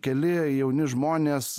keli jauni žmonės